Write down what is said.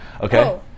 Okay